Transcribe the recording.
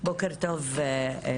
בוקר טוב לכולן.